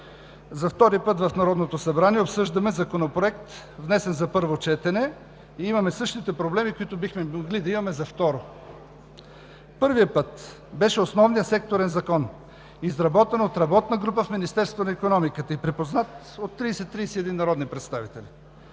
за втори път в Народното събрание обсъждаме законопроект, внесен за първо четене, и имаме същите проблеми, каквито бихме могли да имаме за второ. Първият път беше основният секторен закон, изработен от работна група в Министерството на икономиката и припознат от 30 – 31 народни представители.